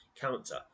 Counter